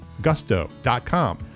gusto.com